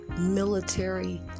military